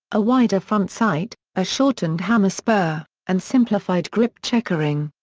a wider front sight, a shortened hammer spur, and simplified grip checkering.